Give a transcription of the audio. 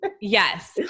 Yes